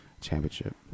championship